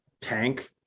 tank